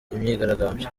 imyigaragambyo